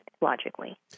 logically